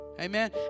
Amen